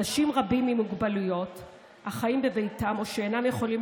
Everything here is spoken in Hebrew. אנשים רבים עם מוגבלויות חיים בביתם או שאינם יכולים